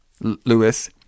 Lewis